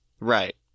Right